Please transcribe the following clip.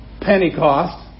Pentecost